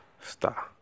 star